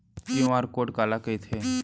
QR code काला कहिथे?